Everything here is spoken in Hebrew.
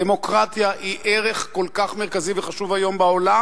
דמוקרטיה היא ערך כל כך מרכזי וחשוב היום בעולם,